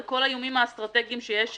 כל האיומים האסטרטגיים שיש מסביבנו,